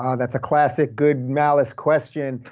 um that's a classic good malice question.